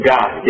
God